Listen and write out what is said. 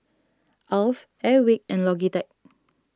Alf Airwick and Logitech